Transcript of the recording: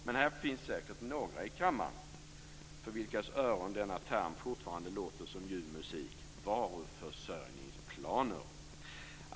Men här finns säkert några i kammaren för vilkas öron denna term fortfarande låter som ljuv musik - varuförsörjningsplaner.